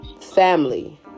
family